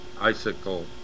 icicle